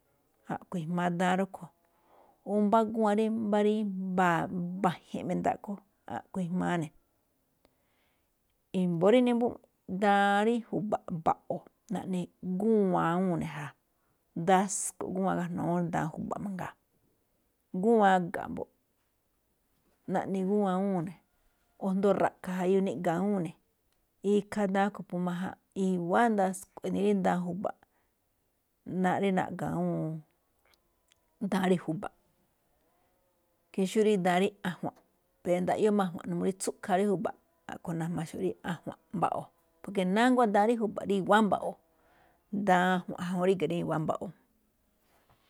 A̱ꞌkhue̱n ijmaa daan rúꞌkhue̱n, o mbá guwan rí mba̱a̱, rí mba̱a̱, mbaje̱ mi̱ndaꞌkho, a̱ꞌkhue̱n ijmaa ne̱. I̱mba̱ rí nimb u̱ꞌ, daan rí ju̱ba̱ꞌ mba̱ꞌo̱, naꞌne gúwan awúun ne̱ ja, ndasko̱ꞌ gúwan gajno̱ꞌ awúun daan ju̱ba̱ꞌ mangaa. Gúwan ga̱ꞌ, naꞌne gúwan awúun ne̱. o asndo ra̱ꞌkha̱ niꞌga̱ awúun ne̱, ikhaa daan rúꞌkhue̱n phú máján. I̱wa̱á ndasko̱ꞌ rí daan ju̱ba̱ꞌ, ná rí naꞌga̱ awúun daan rí ju̱ba̱ꞌ ke xó rí daan ajua̱nꞌ, ndaꞌyóo máꞌ daan rí ajua̱nꞌ, n uu rí tsúꞌkhaa rí ju̱ba̱ꞌ. A̱ꞌkhue̱n najmaxo̱ꞌ rí ajua̱nꞌ mba̱ꞌo̱. porke nánguá daan rí ju̱ba̱ꞌ rí i̱wa̱á mba̱ꞌo̱, daan ajua̱nꞌ ríga̱ rí i̱wa̱á mba̱ꞌo̱.